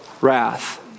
wrath